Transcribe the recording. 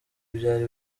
byari